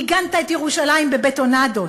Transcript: מיגנת את ירושלים בבטונדות,